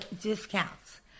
discounts